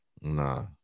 Nah